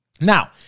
now